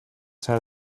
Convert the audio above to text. tell